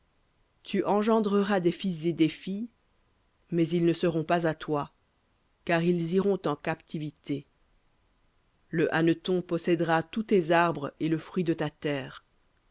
tu engendreras des fils et des filles mais ils ne seront pas à toi car ils iront en captivité le hanneton possédera tous tes arbres et le fruit de ta terre